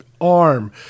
arm